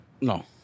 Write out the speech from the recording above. No